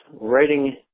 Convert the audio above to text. writing